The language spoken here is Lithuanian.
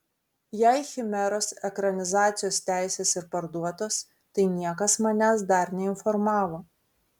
jei chimeros ekranizacijos teisės ir parduotos tai niekas manęs dar neinformavo